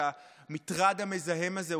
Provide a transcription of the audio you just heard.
את המטרד המזהם הזה,